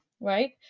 right